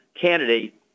candidate